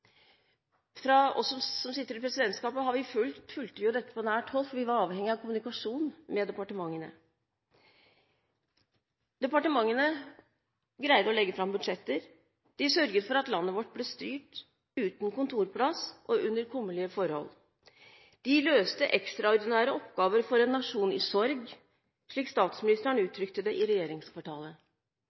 som sitter i presidentskapet, fulgte dette på nært hold, for vi var avhengig av kommunikasjon med departementene. Departementene greide å legge fram budsjetter. De sørget for at landet vårt ble styrt, uten kontorplass og under kummerlige forhold. De løste ekstraordinære oppgaver for en nasjon i sorg, slik statsministeren uttrykte det i regjeringskvartalet.